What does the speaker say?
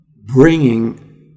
bringing